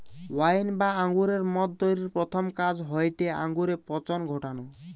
wine বা আঙুরের মদ তৈরির প্রথম কাজ হয়টে আঙুরে পচন ঘটানা